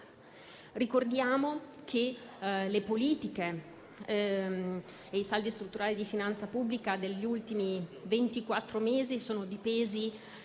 Ricordiamo che le politiche e i saldi strutturali di finanza pubblica degli ultimi ventiquattro mesi sono dipesi